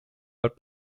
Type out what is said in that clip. but